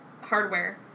hardware